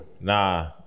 Nah